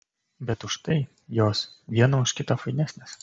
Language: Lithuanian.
bet už tai jos viena už kitą fainesnės